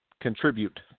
contribute